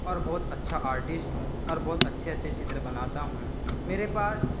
और बहुत अच्छा आर्टिस्ट हूं और बहुत अच्छे अच्छे चित्र बनाता हूं मेरे पास